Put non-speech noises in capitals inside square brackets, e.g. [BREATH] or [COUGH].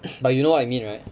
[BREATH] but you know I mean right